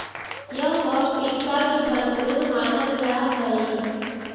यह पौष्टिकता से भरपूर मानल जा हई